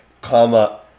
comma